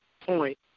point